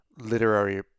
literary